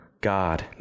God